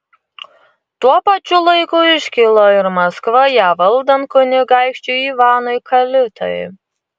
tuo pačiu laiku iškilo ir maskva ją valdant kunigaikščiui ivanui kalitai